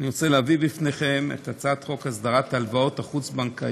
אני רוצה להביא בפניכם את הצעת חוק הסדרת הלוואות חוץ-בנקאיות